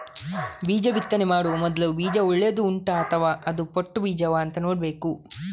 ಬೀಜ ಬಿತ್ತನೆ ಮಾಡುವ ಮೊದ್ಲು ಬೀಜ ಒಳ್ಳೆದು ಉಂಟಾ ಅಥವಾ ಅದು ಪೊಟ್ಟು ಬೀಜವಾ ಅಂತ ನೋಡ್ಬೇಕು